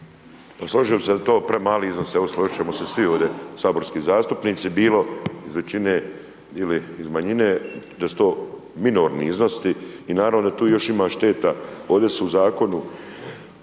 Slažem se da je to premali iznos, evo složit ćemo svi ovdje saborski zastupnici, bilo iz većine ili iz manjine, da su to minorni iznosi i naravno da tu još ima šteta, ovdje su u zakonu